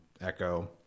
echo